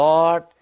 Lord